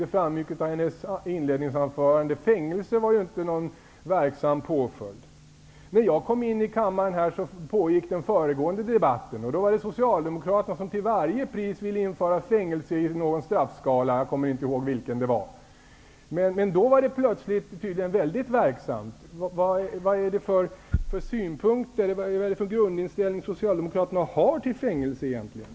Det framgick av hennes inledningsanförande att Socialdemokraterna inte tycker att fängelse är någon verksam påföljd. När jag kom in i kammaren pågick den föregående debatten. I den debatten var det Socialdemokraterna som till varje pris ville införa fängelse i någon straffskala. Jag kommer inte ihåg i vilken. Då ansågs fängelse minsann vara mycket verksamt. Vilken inställning har Socialdemokraterna egentligen till fängelsestraff?